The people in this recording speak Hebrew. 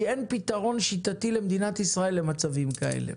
כי אין פתרון שיטתי למדינת ישראל למצבים כאלה.